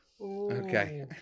Okay